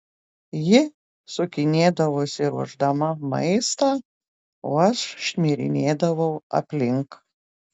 ji sukinėdavosi ruošdama maistą o aš šmirinėdavau aplink